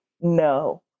no